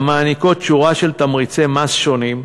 המעניקות שורה של תמריצי מס שונים,